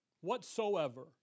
Whatsoever